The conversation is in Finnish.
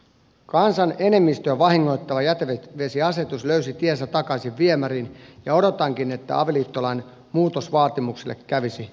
kansan enemmistöä vahingoittava jätevesiasetus löysi tiensä takaisin viemäriin ja odotankin että avioliittolain muutosvaatimukselle kävisi samoin